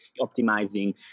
optimizing